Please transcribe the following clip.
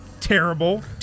terrible